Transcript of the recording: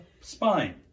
spine